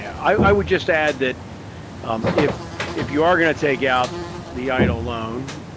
i would just add that if if you are going to take out the idle loan,